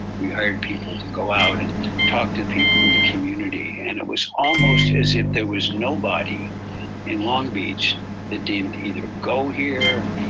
we hired people to go out and talk to people in the community. and it was almost as if there was nobody in long beach that didn't either go here,